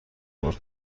برد